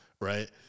Right